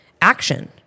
action